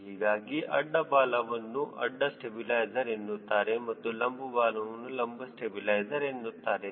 ಹೀಗಾಗಿ ಅಡ್ಡ ಬಾಲವನ್ನು ಅಡ್ಡಿ ಸ್ಟಬಿಲೈಜರ್ ಎನ್ನುತ್ತಾರೆ ಮತ್ತು ಲಂಬ ಬಾಲವನ್ನು ಲಂಬ ಸ್ಟಬಿಲೈಜರ್ ಎನ್ನುತ್ತಾರೆ